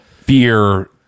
fear